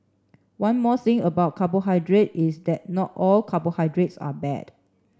one more thing about carbohydrate is that not all carbohydrates are bad